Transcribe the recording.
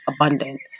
abundant